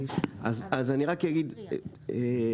אז אני רק אגיד לחיים: